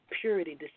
purity